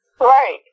Right